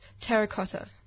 Terracotta